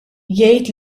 jgħid